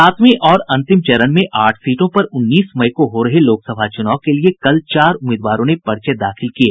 सातवें और अंतिम चरण में आठ सीटों पर उन्नीस मई को हो रहे लोकसभा चुनाव के लिए कल चार उम्मीदवारों ने पर्चे दाखिल किये